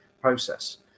process